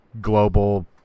global